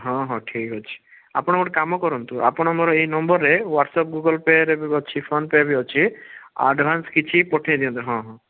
ହଁ ହଁ ଠିକ୍ ଅଛି ଆପଣ ଗୋଟେ କାମ କରନ୍ତୁ ଆପଣ ମୋର ଏଇ ନମ୍ବରରେ ହ୍ୱାଟ୍ସଆପ୍ ଗୁଗଲପେରେ ବି ଅଛି ଫୋନ୍ପେ ବି ଅଛି ଆଡ଼ଭାନ୍ସ କିଛି ପଠାଇଦିଅନ୍ତୁ ହଁ ହଁ